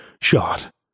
shot